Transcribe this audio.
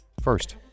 First